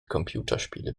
computerspiele